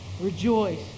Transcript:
rejoice